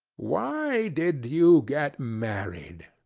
why did you get married?